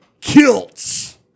Kilts